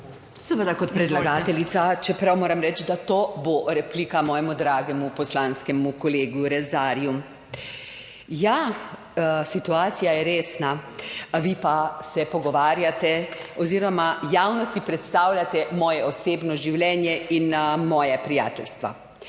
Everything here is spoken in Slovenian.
Seveda kot predlagateljica, čeprav moram reči, da to bo replika mojemu dragemu poslanskemu kolegu Rezarju. Ja, situacija je resna, a vi pa se pogovarjate oziroma javnosti predstavljate moje osebno življenje in moja prijateljstva.